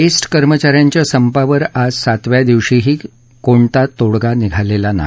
best कर्मचाऱ्यांच्या संपावर आज सातव्या दिवशीही कोणताही तोडगा निघालेला नाही